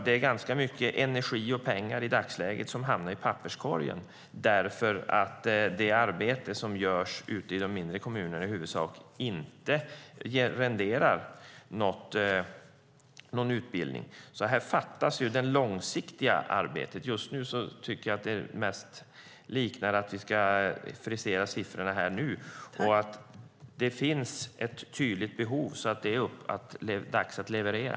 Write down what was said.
Det är ganska mycket energi och pengar som i dagsläget hamnar i papperskorgen därför att det arbete som görs i de mindre kommunerna i huvudsak inte renderar någon utbildning. Här fattas det långsiktiga arbetet. Just nu tycker jag att det mest liknar att vi ska frisera siffrorna nu. Det finns ett tydligt behov. Det är dags att leverera.